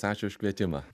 ačiū už kvietimą